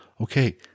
okay